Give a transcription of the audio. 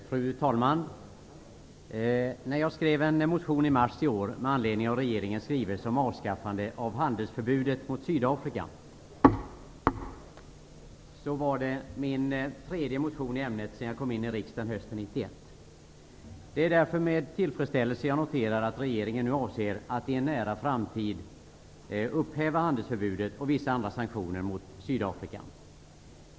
Fru talman! När jag skrev en motion i mars i år med anledning av regeringens skrivelse om avskaffande av handelsförbudet mot Sydafrika var det min tredje motion i ämnet sedan jag kom in i riksdagen hösten 1991. Det är därför med tillfredsställelse jag noterar att regeringen nu avser att i en nära framtid upphäva handelsförbudet och vissa andra sanktioner mot Sydafrika.